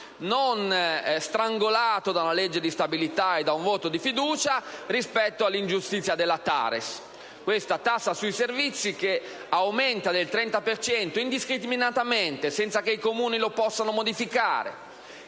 non strangolato da una legge di stabilità e da un voto di fiducia, rispetto all'ingiustizia legata alla TARES. Questa tassa sui servizi aumenta del 30 per cento indiscriminatamente, senza che i Comuni lo possano modificare,